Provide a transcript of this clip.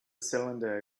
cylinder